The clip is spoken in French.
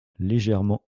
légèrement